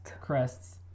Crests